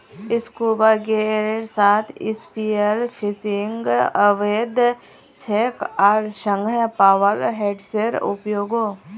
scuba गियरेर साथ spearfishing अवैध छेक आर संगह पावर हेड्सेर उपयोगो